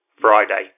Friday